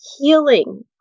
healing